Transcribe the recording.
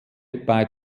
bei